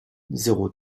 zéro